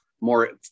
more